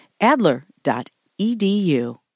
Adler.edu